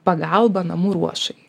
pagalbą namų ruošai